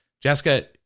Jessica